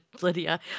Lydia